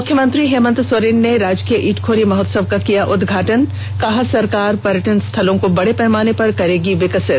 मुख्यमंत्री हेमंत सोरेन ने राजकीय इटखोरी महोत्सव का किया उद्घाटन कहा सरकार पर्यटन स्थलों को बडे पैमाने पर करेगी विकसित